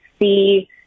see